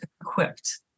equipped